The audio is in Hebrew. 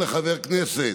הבריאות.